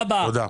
תודה רבה.